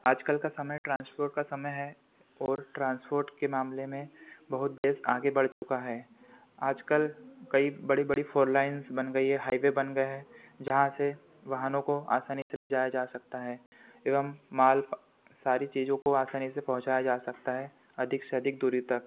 आजकल का समय ट्रांसपोर्ट का समय है और ट्रांसपोर्ट के मामले में बहुत देश आगे बढ़ चुका है आजकल कई बड़ी बड़ी फ़ोर लाइन्स बन गई हैं हाईवे बन गए हैं जहाँ से वाहनों का आसानी से ले जाया जा सकता है एवं माल सारी चीज़ों को आसानी से पहुँचाया जा सकता है अधिक से अधिक दूरी तक